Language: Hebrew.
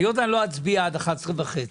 היות שאני לא אצביע עד 11 וחצי,